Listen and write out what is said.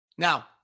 Now